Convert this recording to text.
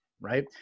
right